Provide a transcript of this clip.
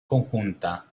conjunta